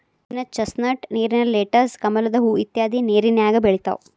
ನೇರಿನ ಚಸ್ನಟ್, ನೇರಿನ ಲೆಟಸ್, ಕಮಲದ ಹೂ ಇತ್ಯಾದಿ ನೇರಿನ್ಯಾಗ ಬೆಳಿತಾವ